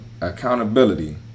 accountability